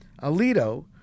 Alito